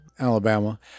Alabama